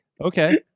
Okay